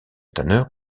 tanneurs